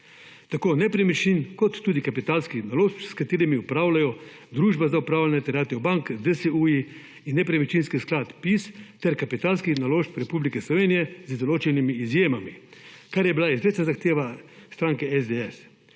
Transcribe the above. tako nepremičnin kot tudi kapitalskih naložb s katerimi upravljajo družba z upravljanje terjatev bank, DSU-ji in nepremičninski sklad PIS ter kapitalskih naložb Republike Slovenije z določenimi izjemami, kar je bila izrecna zahteva stranke SDS.